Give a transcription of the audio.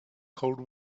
cold